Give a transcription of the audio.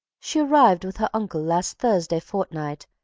she arrived with her uncle last thursday fortnight,